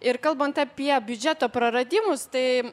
ir kalbant apie biudžeto praradimus tai